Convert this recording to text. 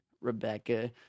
Rebecca